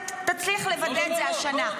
אתה תצליח לוודא את זה השנה.